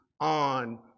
on